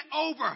over